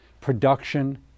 production